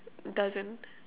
doesn't